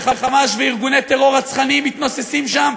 "חמאס" וארגוני טרור רצחניים מתנוססים שם,